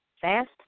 fast